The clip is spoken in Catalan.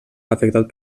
afectat